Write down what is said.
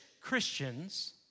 Christians